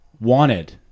wanted